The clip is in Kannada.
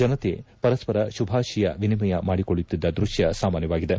ಜನತೆ ಪರಸ್ಪರ ಶುಭಾಶಯ ವಿನಿಮಯ ಮಾಡಿಕೊಳ್ಳುತ್ತಿದ್ದ ದೃಕ್ಕ ಸಾಮಾನ್ಯವಾಗಿದೆ